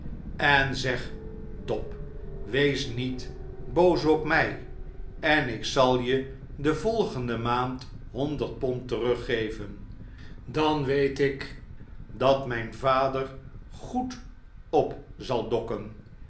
en zeg dob wees niet boos op mij en ik zal je de volgende maand honderd pond teruggeven dan weet ik dat mijn vader goed op zal dokken